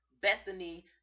Bethany